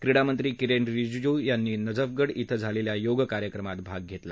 क्रिडानंत्री किरेन रिजीजू यांनी नजफगढ़ इथं झालेल्या योग कार्यक्रमात भाग घेतला